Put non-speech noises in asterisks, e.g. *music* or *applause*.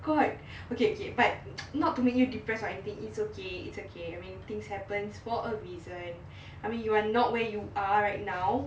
god *breath* okay okay but *noise* not to make you depressed or anything it's okay it's okay things happens for a reason *breath* I mean you are not where you are right now